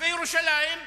וירושלים,